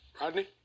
Rodney